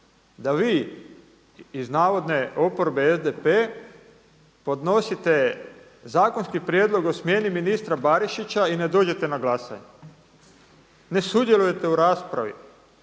da vi iz navodne oporbe SDP podnosite zakonski prijedlog o smjeni ministra Barišića i ne dođete na glasanje. Ne sudjelujete u raspravi.